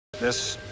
this,